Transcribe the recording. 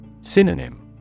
Synonym